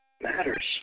matters